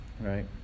right